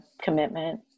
commitment